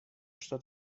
что